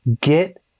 Get